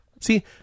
See